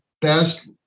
best